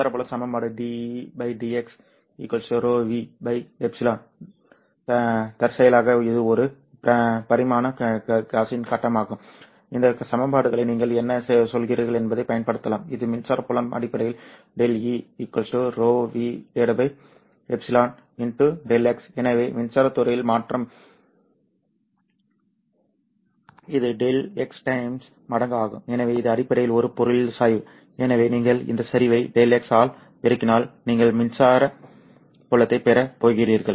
மின்சார புலம் சமன்பாடு dE dx ρv ε தற்செயலாக இது ஒரு பரிமாண காஸின் சட்டமாகும் இந்த சமன்பாடுகளை நீங்கள் என்ன சொல்கிறீர்கள் என்பதைப் பயன்படுத்தலாம் இது மின்சார புலம் அடிப்படையில் ΔE ρv ε Δx எனவே மின்சாரத் துறையில் மாற்றம் இது Δx times மடங்கு ஆகும் எனவே இது அடிப்படையில் ஒரு பொருளில் சாய்வு எனவே நீங்கள் இந்த சரிவை Δx ஆல் பெருக்கினால் நீங்கள் மின்சார புலத்தைப் பெறப் போகிறீர்கள்